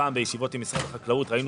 הפעם בישיבות עם משרד החקלאות ראינו